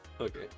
okay